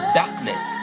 darkness